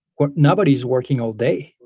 what nobody's working all day.